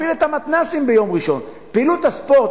נפעיל את המתנ"סים ביום ראשון, פעילות הספורט.